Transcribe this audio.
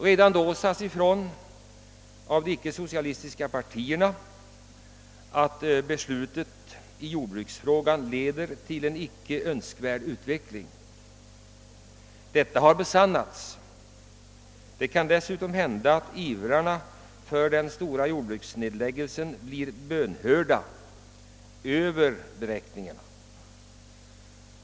Redan då sade de icke socialistiska partierna ifrån att beslutet i jordbruksfrågan skulle leda till en icke önskvärd utveckling. Detta har besannats. Det kan dessutom hända att ivrarna för den stora jordbruksnedläggningen blir bönhörda över förväntan.